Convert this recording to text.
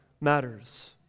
matters